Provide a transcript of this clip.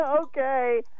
Okay